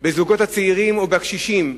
בזוגות הצעירים ובקשישים,